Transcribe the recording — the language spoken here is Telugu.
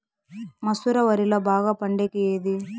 మసూర వరిలో బాగా పండేకి ఏది?